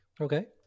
Okay